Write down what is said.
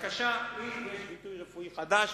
בבקשה, יש ביטוי רפואי חדש: